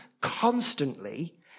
constantly